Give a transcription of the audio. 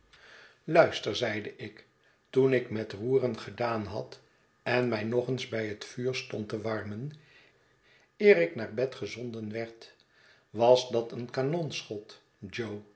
luister zeide ik toen ik met roeren gedaan had en mij nog eens bij het vuur stond te warmen eer ik naar bed gezonden werd was dat een